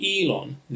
Elon